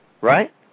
Right